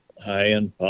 high-end